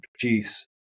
produce